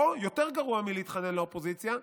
או יותר גרוע מלהתחנן לאופוזיציה,